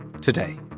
Today